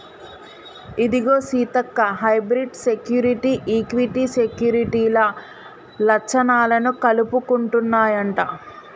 ఇదిగో Seethakka hybrid security, equity సెక్యూరిటీల లచ్చణాలను కలుపుకుంటన్నాయంట